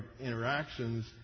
interactions